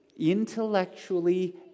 intellectually